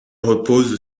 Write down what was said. repose